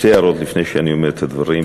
שתי הערות לפני שאני אומר את הדברים,